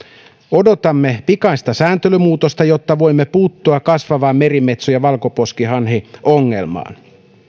odotamme pikaista sääntelymuutosta jotta voimme puuttua kasvavaan merimetso ja valkoposkihanhiongelmaan